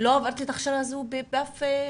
לא עברתי את ההכשרה הזאת אף פעם?